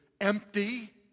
empty